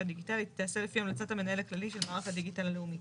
דיגיטלית תעשה לפי המלצת המנהל הכללי של מערך הדיגיטל הלאומי.